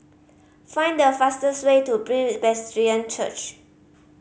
find the fastest way to Presbyterian Church